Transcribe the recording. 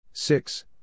Six